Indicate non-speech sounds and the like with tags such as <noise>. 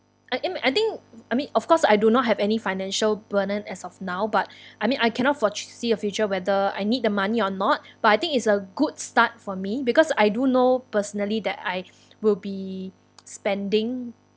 I am I think I mean of course I do not have any financial burden as of now but <breath> I mean I cannot foresee a future whether I need the money or not but I think is a good start for me because I do know personally that I <breath> will be spending